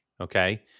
okay